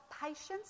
patience